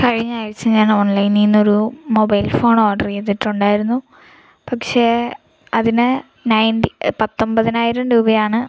കഴിഞ്ഞ ആഴ്ച ഞാൻ ഓൺലൈനിന്നു ഒരു മൊബൈൽ ഫോൺ ഓഡറു ചെയ്തിട്ടുണ്ടായിരുന്നു പക്ഷേ അതിന് നയൻറ്റി പത്തൊൻപതിനായിരം രൂപയാണ്